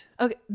okay